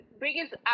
biggest